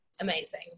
amazing